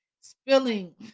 spilling